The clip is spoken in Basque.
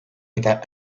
eta